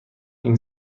این